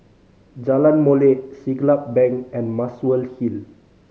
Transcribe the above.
Jalan Molek Siglap Bank and Muswell Hill